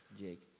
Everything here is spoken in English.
Jake